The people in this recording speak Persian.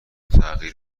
تغییر